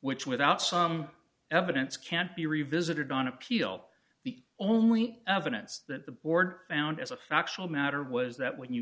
which without some evidence can't be revisited on appeal the only evidence that the board found as a factual matter was that when you